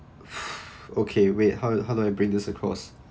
okay wait how do how do I bring this across